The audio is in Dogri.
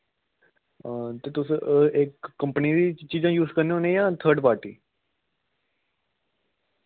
हां ते तुस इक कम्पनी दी चीजां यूस करने होन्ने जां थर्ड पार्टी